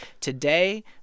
today